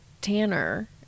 Tanner